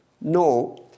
no